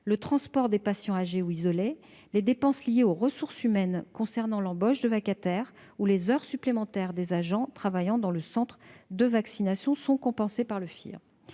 le transport de patients âgés ou isolés. Les dépenses liées aux ressources humaines concernant l'embauche de vacataires ou les heures supplémentaires des agents travaillant dans le centre de vaccination sont également compensées par le FIR